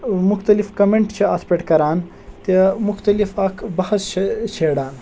مختلف کوٚمیٚنٹ چھِ اَتھ پٮ۪ٹھ کَران تہِ مختلف اَکھ بحث چھِ چھیڑان